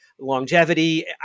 Longevity